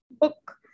Book